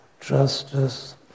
justice